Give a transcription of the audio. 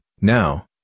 now